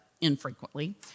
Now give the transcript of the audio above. infrequently